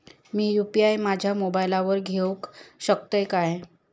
मी UPI माझ्या मोबाईलावर घेवक शकतय काय?